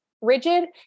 rigid